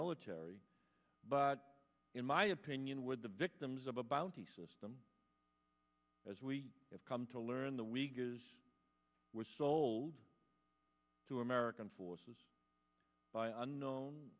military but in my opinion with the victims of a bounty system as we have come to learn the wigglers was sold to american forces by unknown